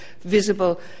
visible